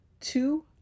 two